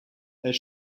est